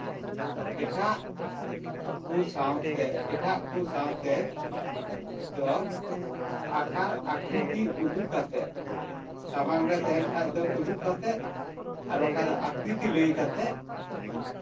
ᱮᱴᱟᱜ ᱠᱚ ᱥᱟᱶᱛᱮ ᱮᱴᱟᱜ ᱠᱚ ᱥᱟᱶᱛᱮ ᱫᱚ ᱟᱠᱟᱨ ᱟᱠᱨᱤᱛᱤ ᱩᱫᱩᱜ ᱠᱟᱛᱮᱫ ᱥᱟᱢᱟᱝ ᱨᱮ ᱛᱮᱦᱮᱱ ᱠᱷᱟᱡ ᱫᱚ ᱩᱫᱩᱜ ᱠᱟᱛᱮᱫ ᱟᱨ ᱵᱟᱠᱷᱟ ᱡᱚ ᱟᱠᱨᱤᱛᱤ ᱞᱟᱹᱭ ᱠᱟᱛᱮᱫ